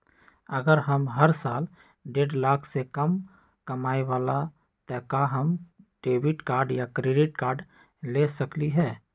अगर हम हर साल डेढ़ लाख से कम कमावईले त का हम डेबिट कार्ड या क्रेडिट कार्ड ले सकली ह?